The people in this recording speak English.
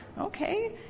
okay